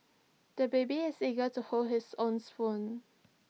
the baby is eager to hold his own spoon